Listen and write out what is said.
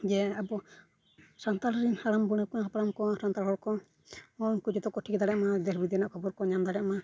ᱡᱮ ᱟᱵᱚ ᱥᱟᱱᱛᱟᱲ ᱨᱮᱱ ᱦᱟᱲᱟᱢ ᱵᱩᱲᱦᱤ ᱠᱚ ᱦᱟᱯᱲᱟᱢ ᱠᱚ ᱥᱟᱱᱛᱟᱲ ᱦᱚᱲ ᱠᱚ ᱦᱚᱸ ᱩᱱᱠᱩ ᱡᱚᱛᱚ ᱠᱚ ᱴᱷᱤᱠᱟᱹ ᱫᱟᱲᱮᱭᱟᱜᱢᱟ ᱫᱮᱥᱼᱵᱤᱫᱮᱥ ᱨᱮᱱᱟᱜ ᱠᱷᱚᱵᱚᱨ ᱠᱚ ᱧᱟᱢ ᱫᱟᱲᱮᱭᱟᱜᱢᱟ